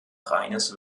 reines